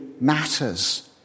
matters